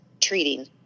Treating